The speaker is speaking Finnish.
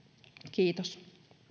kiitos